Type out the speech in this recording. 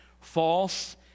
false